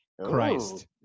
Christ